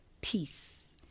peace